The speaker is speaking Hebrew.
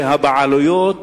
שהבעלויות